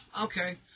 Okay